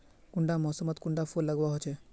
कुंडा मोसमोत कुंडा फुल लगवार होछै?